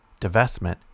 divestment